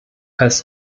als